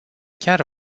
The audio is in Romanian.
chiar